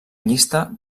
llista